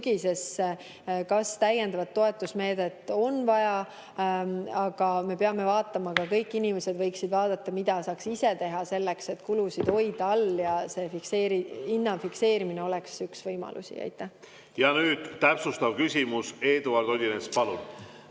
sügisesse, kas täiendavat toetusmeedet on vaja. Aga me peame vaatama ka, kõik inimesed võiksid vaadata, mida saaks ise teha selleks, et kulusid all hoida. Ja see hinna fikseerimine oleks üks võimalus. Ja nüüd täpsustav küsimus, Eduard Odinets, palun!